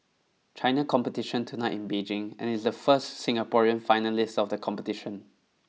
China competition tonight in Beijing and is the first Singaporean finalist of the competition